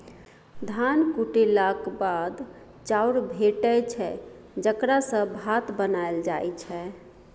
धान कुटेलाक बाद चाउर भेटै छै जकरा सँ भात बनाएल जाइ छै